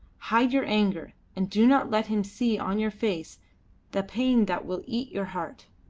hide your anger, and do not let him see on your face the pain that will eat your heart.